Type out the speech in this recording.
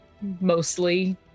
mostly